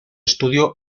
estudio